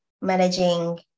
managing